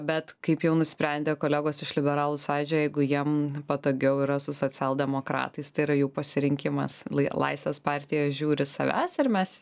bet kaip jau nusprendė kolegos iš liberalų sąjūdžio jeigu jiem patogiau yra su socialdemokratais tai yra jų pasirinkimas l laisvės partija žiūri savęs ir mes